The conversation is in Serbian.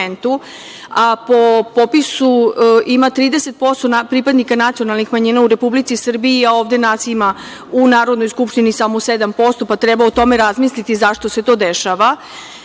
a po popisu ima 30% pripadnika nacionalnih manjina u Republici Srbiji, a ovde nas ima u Narodnoj skupštini samo 7%, pa treba o tome razmisliti zašto se to dešava? Da